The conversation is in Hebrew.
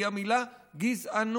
והיא המילה גזענות.